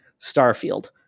Starfield